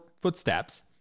footsteps